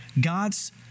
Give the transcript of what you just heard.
God's